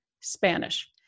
Spanish